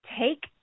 take